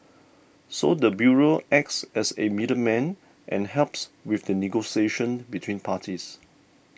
so the bureau acts as a middleman and helps with the negotiation between parties